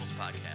podcast